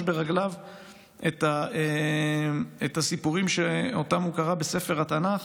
ברגליו את הסיפורים שהוא קרא בספר התנ"ך.